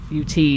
UT